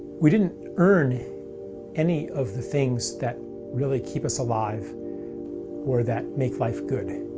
we didn't earn any of the things that really keep us alive or that make life good.